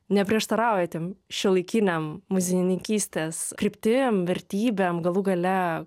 neprieštarauja tiem šiuolaikiniam muziejininkystės kryptim vertybėm galų gale